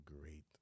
great